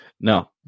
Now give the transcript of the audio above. no